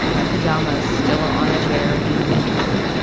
my pajamas still on a chair in my bedroom.